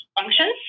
functions